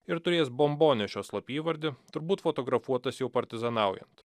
ir turėjęs bombonešio slapyvardį turbūt fotografuotas jau partizanaujant